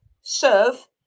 serve